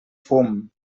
fum